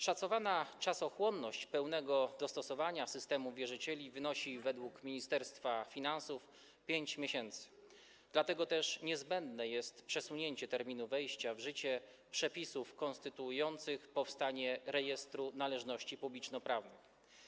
Szacowana czasochłonność pełnego dostosowania systemu wierzycieli wynosi według Ministerstwa Finansów 5 miesięcy, dlatego też niezbędne jest przesunięcie terminu wejścia w życie przepisów konstytuujących powstanie Rejestru Należności Publicznoprawnych.